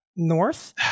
north